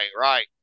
right